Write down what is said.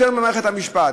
יותר ממערכת המשפט.